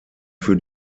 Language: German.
für